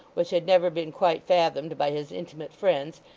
which had never been quite fathomed by his intimate friends,